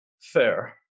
Fair